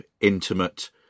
intimate